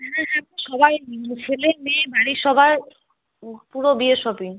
হ্যাঁ হ্যাঁ সবাই ছেলে মেয়ে বাড়ির সবার পুরো বিয়ের শপিং